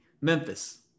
Memphis